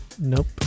nope